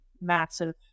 massive